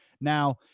Now